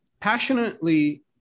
passionately